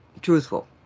truthful